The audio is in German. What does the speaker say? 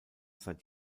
seit